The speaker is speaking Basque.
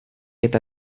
eta